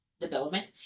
development